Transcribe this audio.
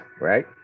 Right